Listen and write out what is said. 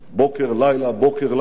בוקר לילה בוקר לילה,